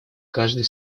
каждой